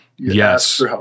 yes